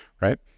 right